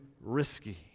risky